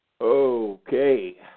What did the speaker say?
okay